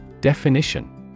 Definition